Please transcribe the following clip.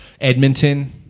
Edmonton